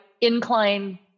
incline